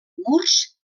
murs